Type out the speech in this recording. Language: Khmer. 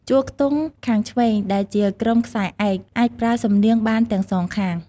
ជួរខ្ទង់ខាងឆ្វេង ដែលជា ក្រុមខ្សែឯក អាចប្រើសំនៀងបានទាំងសងខាង។